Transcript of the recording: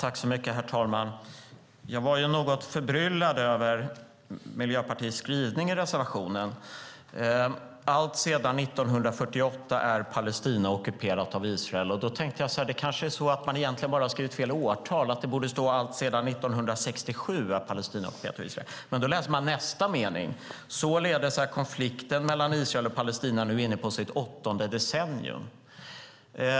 Herr talman! Jag var ju något förbryllad över Miljöpartiets skrivning i reservationen: "Alltsedan 1948 är Palestina ockuperat av Israel." Då tänkte jag att man kanske bara hade skrivit fel årtal och att det borde stå: Alltsedan 1967 är Palestina ockuperat av Israel. Men då läser jag nästa mening: "Således är konflikten mellan Israel och Palestina nu inne på sitt 8:e decennium."